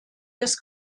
des